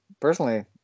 personally